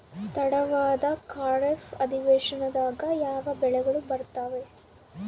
ತಡವಾದ ಖಾರೇಫ್ ಅಧಿವೇಶನದಾಗ ಯಾವ ಬೆಳೆಗಳು ಬರ್ತಾವೆ?